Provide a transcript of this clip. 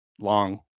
long